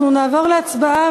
אנחנו נעבור להצבעה,